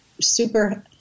super